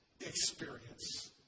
experience